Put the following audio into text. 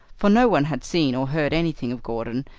for no one had seen or heard anything of gordon,